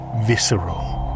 visceral